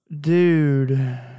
dude